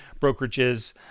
brokerages